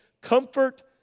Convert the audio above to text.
comfort